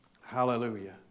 Hallelujah